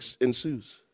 ensues